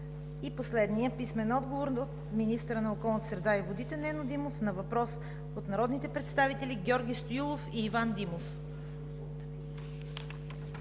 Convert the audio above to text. и Иван Димов Иванов; - министъра на околната среда и водите Нено Димов на въпрос от народните представители Георги Стоилов и Иван Димов.